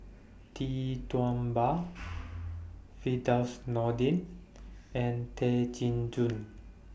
Tee Tua Ba Firdaus Nordin and Tay Chin Joo